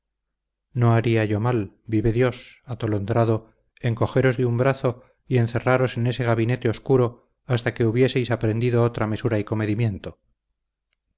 no haría yo mal vive dios atolondrado en cogeros de un brazo y encerraros en ese gabinete oscuro hasta que hubieseis aprendido otra mesura y comedimiento